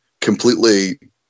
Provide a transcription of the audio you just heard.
completely